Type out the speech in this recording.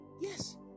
yes